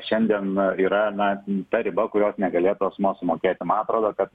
šiandien yra na ta riba kurios negalėtų asmuo sumokėti man atrodo kad